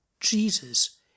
Jesus